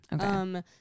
Okay